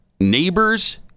neighbors